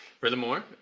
Furthermore